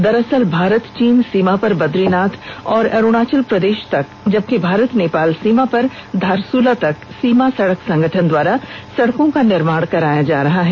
दरअसल भारत चीन सीमा पर बद्रीनाथ और अरूणाचल प्रदेष तक जबकि भारत नेपाल सीमा पर धारसूला तक सीमा सड़क संगठन द्वारा सड़कों का निर्माण कराया जा रहा है